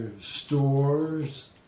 stores